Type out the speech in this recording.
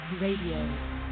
Radio